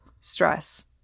stress